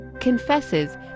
Confesses